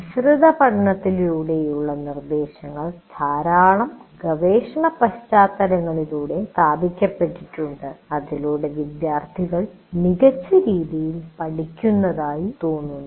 മിശ്രിത പഠനത്തിലൂടെയുള്ള നിർദ്ദേശങ്ങൾ ധാരാളം ഗവേഷണ പശ്ചാത്തലങ്ങളിലൂടെ സ്ഥാപിക്കപ്പെട്ടിട്ടുണ്ട് അതിലൂടെ വിദ്യാർത്ഥികൾ മികച്ച രീതിയിൽ പഠിക്കുന്നതായി തോന്നുന്നു